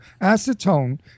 Acetone